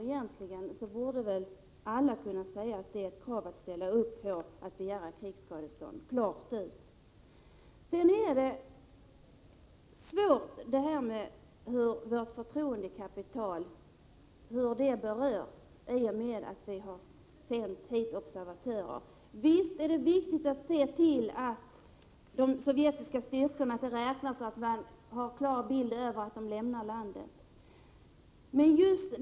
Egentligen borde alla kunna ställa sig bakom detta krav och inse att det är berättigat att begära krigsskadestånd. Det är svårt att avgöra hur vårt förtroendekapital berörs i och med att vi har sänt observatörer. Visst är det viktigt att se till att de sovjetiska styrkorna räknas, så att man har en klar bild av deras åtgärder för att lämna landet.